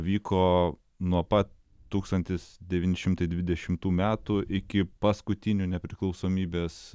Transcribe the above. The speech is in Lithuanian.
vyko nuo pat tūkstantis devyni šimtai dvidešimtų metų iki paskutinių nepriklausomybės